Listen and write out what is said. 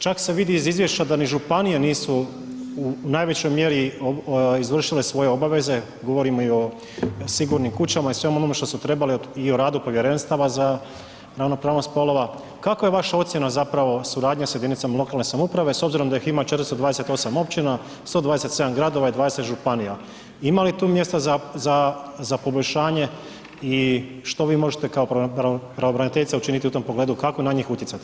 Čak se vidi iz izvješća da ni županije nisu u najvećoj mjeri izvršile svoje obaveze, govorim i o sigurnim kućama i svemu ono što su trebale i u radu povjerenstava za ravnopravnost spolova, kakva je vaša ocjena zapravo, suradnja sa jedinicama lokalne samouprave s obzirom da ih ima 428 općina, 127 gradova i 20 županija, ima li tu mjesta za poboljšanje i što vi možete kao pravobraniteljica učiniti u tom pogledu, kako na njih utjecati?